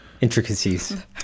intricacies